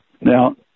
Now